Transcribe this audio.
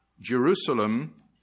Jerusalem